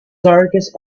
darkest